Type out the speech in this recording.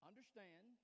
Understand